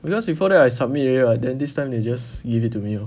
because before that I submit already ah then this time they just give it to me